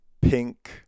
pink